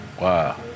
Wow